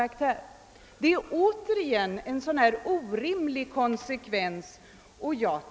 Detta är återigen en orimlig konsekvens.